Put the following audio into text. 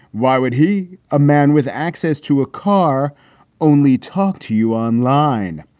why would he. a man with access to a car only talk to you online?